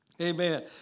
Amen